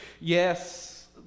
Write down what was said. Yes